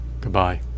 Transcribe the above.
Goodbye